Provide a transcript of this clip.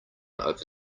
over